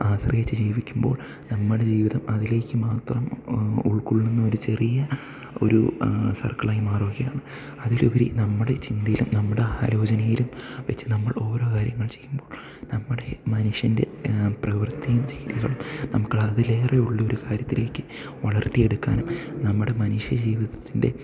ആശ്രയിച്ച് ജീവിക്കുമ്പോൾ നമ്മുടെ ജീവിതം അതിലേക്ക് മാത്രം ഉൾകൊള്ളുന്നൊരു ചെറിയ ഒരു സർക്കിളായി മാറുകയാണ് അതിലുപരി നമ്മുടെ ചിന്തയിലും നമ്മുടെ ആലോചനയിലും വെച്ചു നമ്മൾ ഓരോ കാര്യങ്ങൾ ചെയ്യുമ്പോൾ നമ്മുടെ മനുഷ്യൻ്റെ പ്രവർത്തിയും ജീവിതവും നമുക്കതിലേറെയുള്ളൊരു കാര്യത്തിലേക്ക് വളർത്തിയെടുക്കാനും നമ്മുടെ മനുഷ്യ ജീവിതത്തിൻ്റെ